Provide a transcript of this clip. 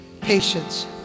Patience